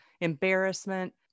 embarrassment